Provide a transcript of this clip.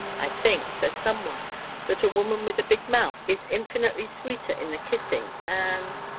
i think, says somewhere that a woman with a big mouth is infinitely sweeter in the kissing and